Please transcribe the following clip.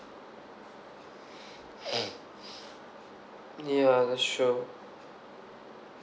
ya that's true